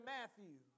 Matthew